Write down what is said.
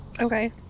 Okay